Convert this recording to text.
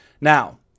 Now